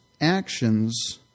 actions